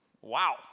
Wow